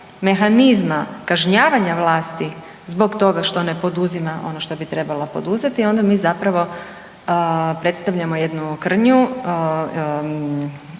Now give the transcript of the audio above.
mehanizma kažnjavanja vlasti zbog toga što ne poduzima ono što bi trebala poduzeti, onda mi zapravo predstavljamo jednu krnju